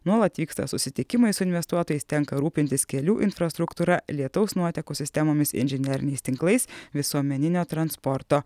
nuolat vyksta susitikimai su investuotojais tenka rūpintis kelių infrastruktūra lietaus nuotekų sistemomis inžineriniais tinklais visuomeninio transporto